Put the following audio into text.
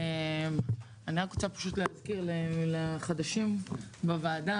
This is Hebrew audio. אני רק רוצה פשוט להזכיר לחדשים בוועדה,